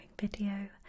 video